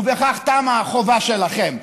ובכך תמה החובה שלכם.